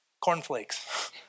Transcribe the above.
cornflakes